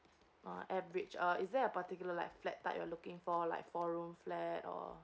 uh at bridge a is there a particular like flat type you're looking for like four room flat or